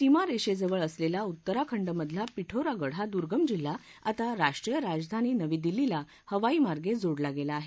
सीमारेषेजवळ असलेला उत्तराखंड मधला पिठोरागड हा दुर्गम जिल्हा आता राष्ट्रीय राजधानी नवी दिल्लीला हवाईमार्गे जोडला गेला आहे